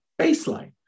baseline